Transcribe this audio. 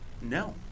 No